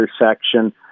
intersection